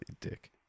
dick